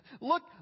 look